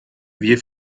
wir